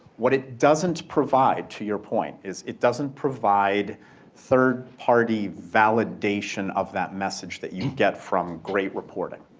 what it doesn't provide to your point is, it doesn't provide third party validation of that message that you'd get from great reporting.